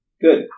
Good